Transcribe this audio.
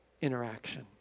Interaction